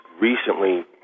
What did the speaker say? recently